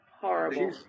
Horrible